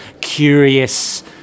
curious